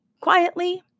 quietly